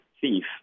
thief